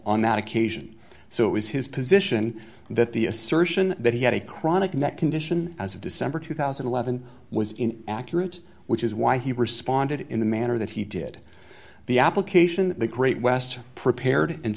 on that occasion so it was his position that the assertion that he had a chronic neck condition as of december two thousand and eleven was in accurate which is why he responded in the manner that he did the application that the great western prepared and